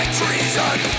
treason